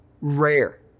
rare